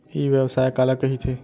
ई व्यवसाय काला कहिथे?